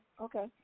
Okay